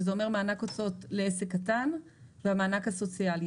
שזה אומר מענק הוצאות לעסק קטן והמענק הסוציאלי.